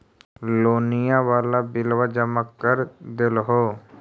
लोनिया वाला बिलवा जामा कर देलहो?